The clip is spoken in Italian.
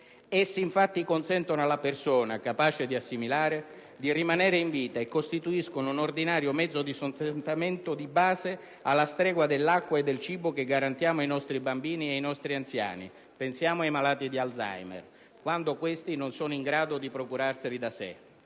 Essi, infatti, consentono alla persona, capace di assimilare, di rimanere in vita e costituiscono un ordinario mezzo di sostentamento di base, alla stregua dell'acqua e del cibo che garantiamo ai nostri bambini ed ai nostri anziani (pensiamo ai malati di Alzheimer) quando questi non sono in grado di procurarseli da sé.